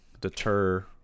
deter